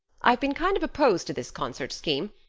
i've been kind of opposed to this concert scheme,